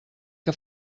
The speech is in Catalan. que